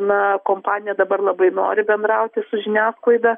na kompanija dabar labai nori bendrauti su žiniasklaida